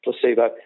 placebo